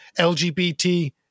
LGBT